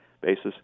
basis